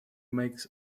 makes